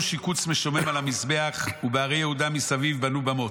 שיקוץ משומם על המזבח ובערי יהודה מסביב בנו במות.